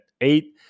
eight